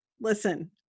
listen